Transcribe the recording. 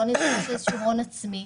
לא נדרש איזה שהוא הון עצמי.